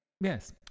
yes